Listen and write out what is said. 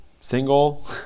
single